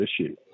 issue